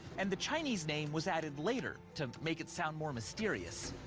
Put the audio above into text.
and the chinese name was added later to make it sound more mysterious.